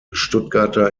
stuttgarter